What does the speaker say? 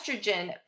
estrogen